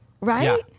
Right